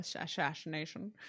assassination